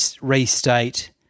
restate